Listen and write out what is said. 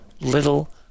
little